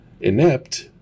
inept